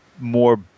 more